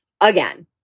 again